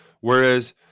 Whereas